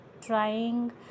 trying